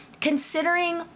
considering